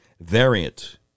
variant